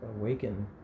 awaken